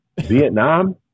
Vietnam